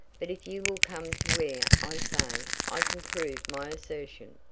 but if you will come to where i say i can prove my assertion.